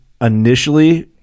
initially